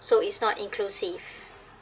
so it's not inclusive